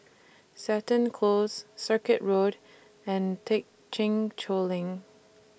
Seton Close Circuit Road and Thekchen Choling